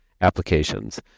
applications